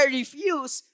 refuse